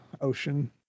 ocean